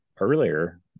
earlier